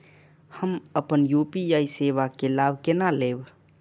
हम अपन यू.पी.आई सेवा के लाभ केना लैब?